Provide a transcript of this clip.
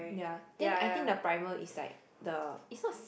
ya then I think the primer is like the is not